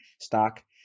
stock